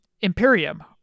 Imperium